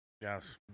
Yes